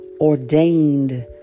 ordained